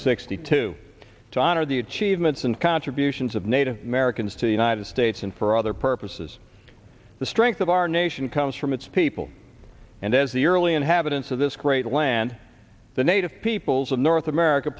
sixty two to honor the achievements and contributions of native americans to the united states and for other purposes the strength of our nation comes from its people and as the early inhabitants of this great land the native peoples of north america